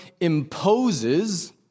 imposes